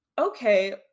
okay